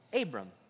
Abram